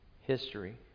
history